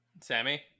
Sammy